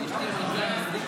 נתקבלה.